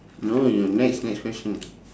no your next next question